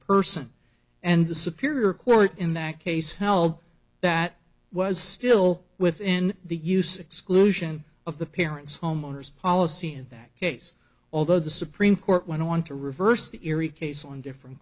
person and the superior court in that case held that was still within the use exclusion of the parent's homeowners policy in that case although the supreme court went on to reverse the erie case on different